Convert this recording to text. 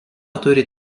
turi